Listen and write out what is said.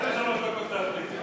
תן לי שלוש דקות להחליט.